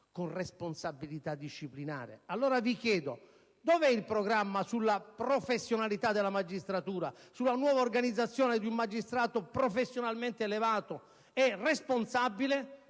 e responsabilità disciplinare. Vi chiedo allora: dov'è il programma sulla professionalità della magistratura, sulla nuova organizzazione di un magistrato professionalmente elevato e responsabile?